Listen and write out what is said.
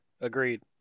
Agreed